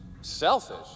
Selfish